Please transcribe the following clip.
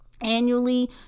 annually